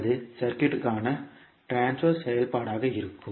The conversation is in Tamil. அது சர்க்யூட்க்கான ட்ரான்ஸ்பர் செயல்பாடாக இருக்கும்